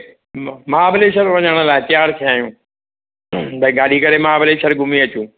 महाबलेश्वर वञण लाइ तयारु थिया आहियूं भई गाॾी करे महाबलेश्वर घुमी अचूं